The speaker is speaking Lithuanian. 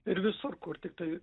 ir visur kur tiktai